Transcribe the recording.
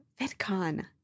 VidCon